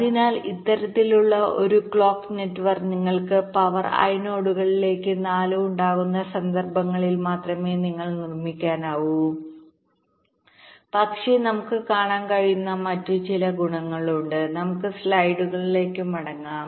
അതിനാൽ ഇത്തരത്തിലുള്ള ഒരു ക്ലോക്ക് നെറ്റ്വർക്ക് നിങ്ങൾക്ക് പവർ ഐ നോഡുകളിലേക്ക് 4 ഉണ്ടാകുന്ന സന്ദർഭങ്ങളിൽ മാത്രമേ നിങ്ങൾക്ക് നിർമ്മിക്കാനാകൂ പക്ഷേ നമുക്ക് കാണാൻ കഴിയുന്ന ചില ഗുണങ്ങളുണ്ട് നമുക്ക് സ്ലൈഡുകളിലേക്ക് മടങ്ങാം